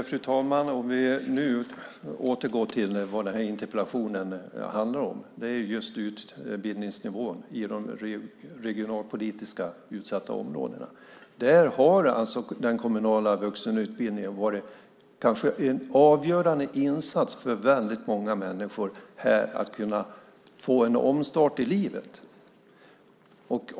Fru talman! Vi kan återgå till det som den här interpellationen handlar om, nämligen utbildningsnivån i de regionalpolitiskt utsatta områdena. Där har den kommunala vuxenutbildningen kanske varit en avgörande insats för väldigt många människor att få en omstart i livet.